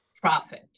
profit